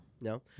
No